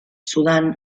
sudán